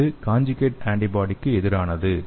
இது காஞ்சுகேட் ஆன்டிபாடிக்கு எதிரானது